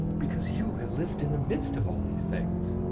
because you have lived in the midst of all these things.